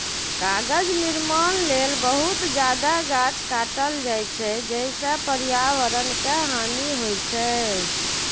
कागज निर्माण लेल बहुत जादे गाछ काटल जाइ छै, जइसे पर्यावरण के हानि होइ छै